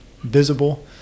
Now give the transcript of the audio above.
visible